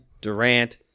Durant